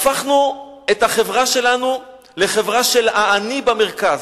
הפכנו את החברה שלנו לחברה של "האני במרכז".